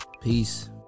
Peace